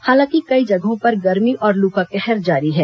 हालांकि कई जगहों पर गर्मी और लू का कहर जारी है